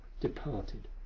departed